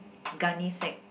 gunny sack